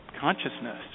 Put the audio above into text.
consciousness